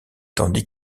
tandis